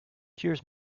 cheers